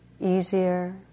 easier